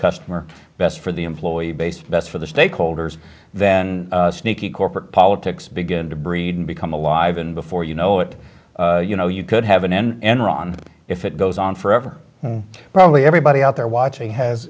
customer best for the employee base best for the stakeholders then sneaky corporate politics begin to breed and become alive and before you know it you know you could have an end enron if it goes on forever and probably everybody out there watching has